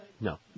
No